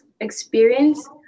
experience